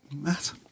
Matt